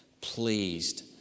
pleased